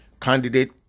candidate